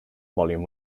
volume